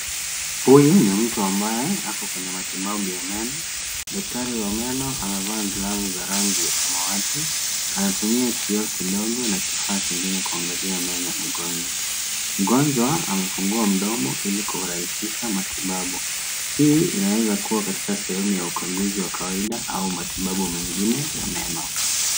Huyu ni mtu mbaye ako kwenye matibabu ya meno. Daktari wa meno anavaa glavu za rangi ya samawati. Anatumia kioo kidogo na kifaa kingine kuangalia meno ya mgonjwa. Mgonjwa amefungua mdomo ili kurahisisha matibabu. Hii inaweza kuwa katika sehemu ya ukaguzi wa kawaida au matibabu mengine ya meno.